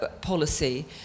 policy